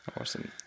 Awesome